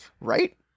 Right